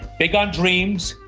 big on dreams,